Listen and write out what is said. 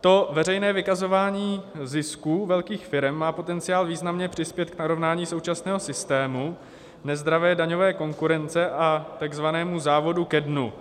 To veřejné vykazování zisků velkých firem má potenciál významně přispět k narovnání současného systému, nezdravé daňové konkurence a tzv. závodu ke dnu